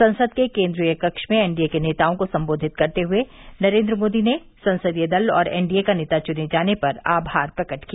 संसद के केंद्रीय कक्ष में एनडीए के नेताओं को संबोधित करते हुए नरेंद्र मोदी ने संसदीय दल और एनडीए का नेता चुने जाने पर आभार प्रकट किया